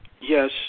yes